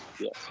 yes